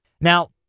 Now